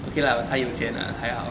okay lah but 他有钱啦还好